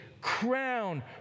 crown